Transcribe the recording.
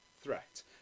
threat